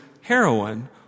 heroin